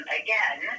again